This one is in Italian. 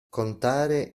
contare